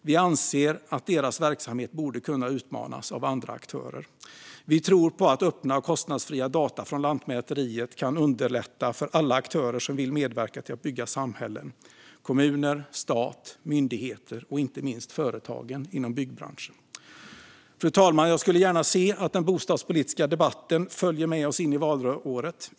Vi anser att deras verksamhet borde kunna utmanas av andra aktörer. Vi tror på att öppna och kostnadsfria data från lantmäteriet kan underlätta för alla aktörer som vill medverka till att bygga samhällen - kommuner, stat, myndigheter och inte minst företagen i byggbranschen. Fru talman! Jag skulle gärna se att den bostadspolitiska debatten följer med oss in i valåret.